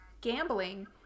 gambling